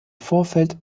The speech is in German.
vorfeld